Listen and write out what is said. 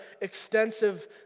extensive